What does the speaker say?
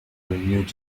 new